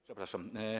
Przepraszam.